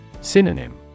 Synonym